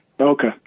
Okay